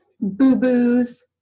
boo-boos